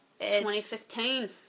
2015